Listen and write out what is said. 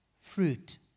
fruit